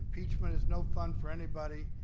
impeachment is no fun for anybody,